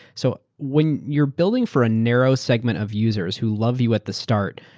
so when you're building for a narrow segment of users who love you at the start,